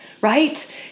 right